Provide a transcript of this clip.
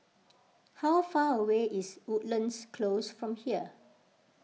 how far away is Woodlands Close from here